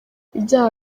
ibyaha